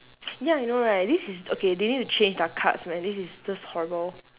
ya I know right this is okay they need to change their cards man this is just horrible